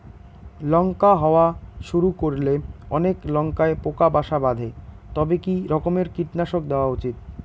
লঙ্কা হওয়া শুরু করলে অনেক লঙ্কায় পোকা বাসা বাঁধে তবে কি রকমের কীটনাশক দেওয়া উচিৎ?